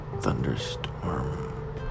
thunderstorm